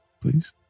please